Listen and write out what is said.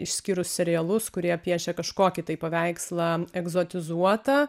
išskyrus serialus kurie piešia kažkokį tai paveikslą egzotizuotą